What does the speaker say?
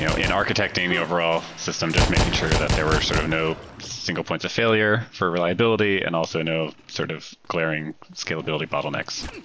in architecting the overall system, just making sure that there were sort of no single points of failure for reliability and also no sort of glaring scalability bottlenecks,